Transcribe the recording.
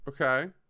Okay